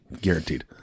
guaranteed